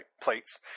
plates